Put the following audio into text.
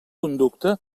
conducta